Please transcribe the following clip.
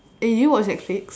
eh do you watch netflix